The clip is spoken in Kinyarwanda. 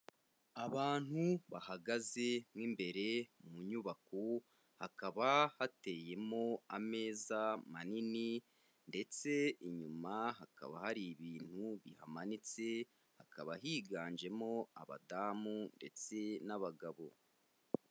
Abantu bahagaze imbere mu nyubako hakaba hateyemo ameza manini, ndetse inyuma hakaba hari ibintu bihamanitse, hakaba higanjemo abadamu ndetse n'abagabo.